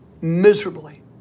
miserably